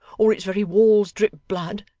or its very walls drip blood,